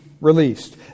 released